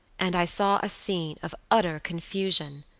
and i saw a scene of utter confusion.